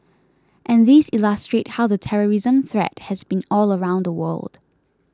and these illustrate how the terrorism threat has been all around the world